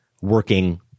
working